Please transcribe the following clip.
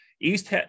East